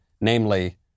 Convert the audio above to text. namely